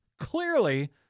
Clearly